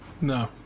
No